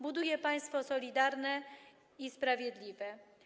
Buduje on państwo solidarne i sprawiedliwe.